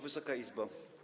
Wysoka Izbo!